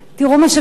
תראו מה קורה